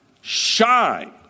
shine